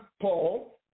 Paul